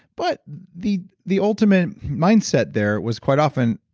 but the the ultimate mindset there was quite often,